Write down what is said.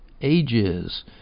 ages